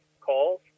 calls